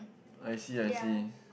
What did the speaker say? I see I see